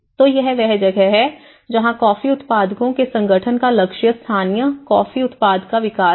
तो यह वह जगह है जहां कॉफी उत्पादकों के संगठन का लक्ष्य स्थानीय कॉफी उद्योग का विकास है